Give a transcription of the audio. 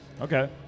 Okay